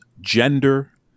gender